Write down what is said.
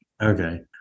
Okay